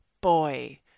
boy